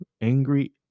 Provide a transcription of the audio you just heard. angry